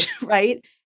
right